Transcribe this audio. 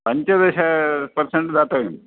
पञ्चदश पर्सेण्ट् दातव्यम्